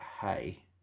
hey